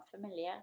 familiar